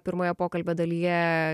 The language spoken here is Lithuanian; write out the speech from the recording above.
pirmoje pokalbio dalyje